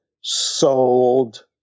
sold